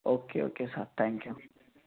okay okay sir thank you